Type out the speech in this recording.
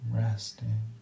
resting